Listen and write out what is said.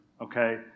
okay